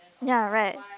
ya right